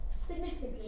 significantly